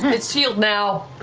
it's healed now.